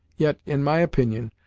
yet, in my opinion,